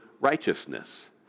righteousness